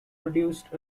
produced